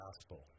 gospel